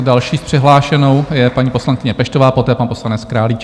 Další přihlášenou je paní poslankyně Peštová, poté pan poslanec Králíček.